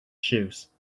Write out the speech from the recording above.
shoes